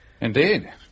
Indeed